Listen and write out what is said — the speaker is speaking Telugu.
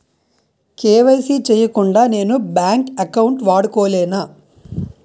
కే.వై.సీ చేయకుండా నేను బ్యాంక్ అకౌంట్ వాడుకొలేన?